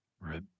Right